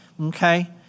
okay